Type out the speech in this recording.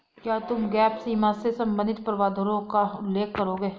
क्या तुम गैप सीमा से संबंधित प्रावधानों का उल्लेख करोगे?